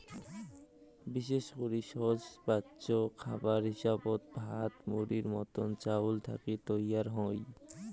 বিশেষ করি সহজপাচ্য খাবার হিসাবত ভাত, মুড়ির মতন চাউল থাকি তৈয়ার হই